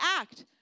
act